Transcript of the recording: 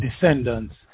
descendants